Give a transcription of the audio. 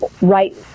right